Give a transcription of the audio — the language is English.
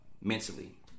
mentally